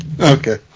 Okay